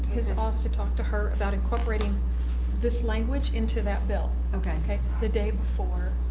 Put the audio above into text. he's also talked to her about incorporating this language into that bill. ok the day before,